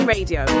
Radio